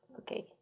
Okay